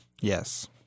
Yes